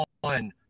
one